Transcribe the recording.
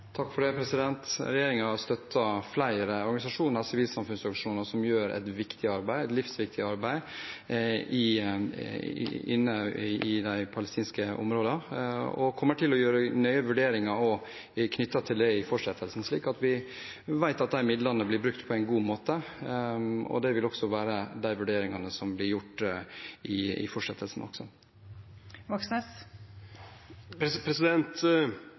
flere sivilsamfunnsorganisasjoner som gjør et livsviktig arbeid inne i de palestinske områdene, og kommer til å gjøre nøye vurderinger knyttet til det i fortsettelsen, slik at vi vet at de midlene blir brukt på en god måte. Det vil være de vurderingene som blir gjort også i fortsettelsen. Bjørnar Moxnes